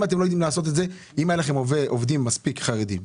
אם היו לכם מספיק עובדים חרדים,